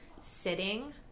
sitting